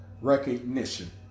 recognition